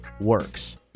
works